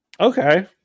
Okay